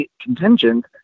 contingent